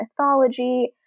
mythology